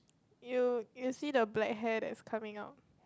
you you see the black hair that is coming out